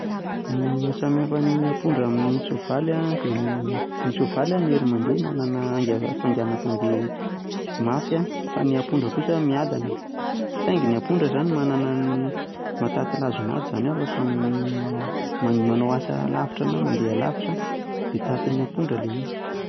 Ny maha samy hafa ny ampondra amin'ny soavaly an dia ny soavaly an mahery mandeha, manana hafainganam-pandeha dia mafy fa ny ny ampondra kosa miadana. Saingy ny ampondra izany manana ny mahatanty lazon'ady izany, izany hoe afaka manao asa alavitra na mandeha alavitra dia tantin'ny ampondra ilay izy.